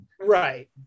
right